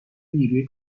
نیروی